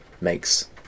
makes